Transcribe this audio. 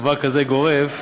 דבר כזה גורף.